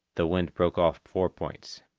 the wind broke off four points.